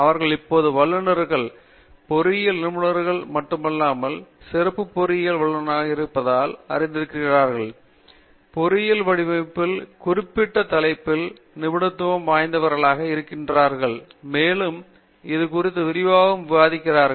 அவர்கள் இப்போது வல்லுநர்கள் பொறியியல் நிபுணர்கள் மட்டுமில்லாமல் சிறப்பு பொறியியல் வல்லுநர்களாக இருப்பதாக அறிந்திருக்கிறார்கள் பொறியியல் வடிவமைப்பில் குறிப்பிட்ட தலைப்பில் நிபுணத்துவம் வாய்ந்தவர்களாக இருக்கிறார்கள் மேலும் இது குறித்து விரிவாகவும் விவாதிக்கிறார்கள்